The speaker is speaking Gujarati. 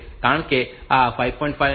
5 અને 7